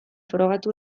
frogatu